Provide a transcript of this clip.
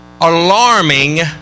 alarming